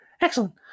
Excellent